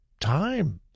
time